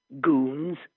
goons